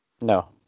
No